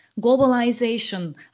globalization